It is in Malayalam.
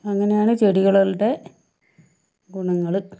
അങ്ങനെയാണ് ചെടികളുടെ ഗുണങ്ങള്